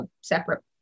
separate